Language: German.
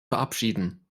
verabschieden